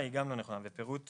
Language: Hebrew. לך זה לא נכון ולאחרים זה כן נכון.